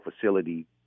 Facility